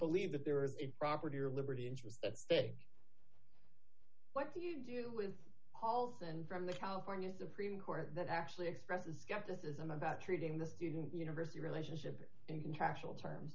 believe that there is a property or liberty interest at stake what do you do with halt and from the california supreme court that actually expresses skepticism about treating the student university relationship in national terms